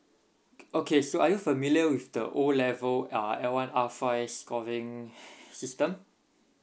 okay so are you familiar with the O level uh L one R five scoring system